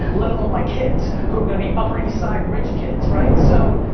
let alone my kids who are going to be upper eastside rich kids, right? so,